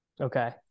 okay